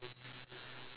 a sausage